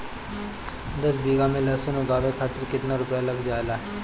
दस बीघा में लहसुन उगावे खातिर केतना रुपया लग जाले?